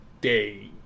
day